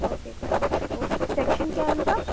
okay class four section کیا ہے اُن کا